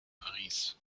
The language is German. paris